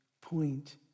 point